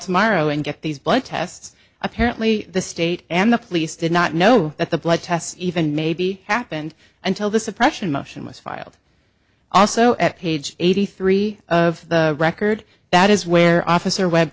tomorrow and get these blood tests apparently the state and the police did not know that the blood tests even maybe happened until the suppression motion was filed also at page eighty three of the record that is where officer web